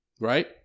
right